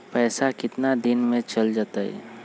पैसा कितना दिन में चल जतई?